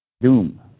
Doom